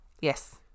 yes